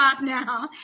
now